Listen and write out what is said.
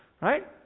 right